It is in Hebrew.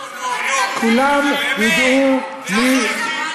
נו, נו, נו, באמת,